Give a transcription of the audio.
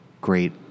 great